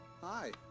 Hi